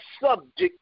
subject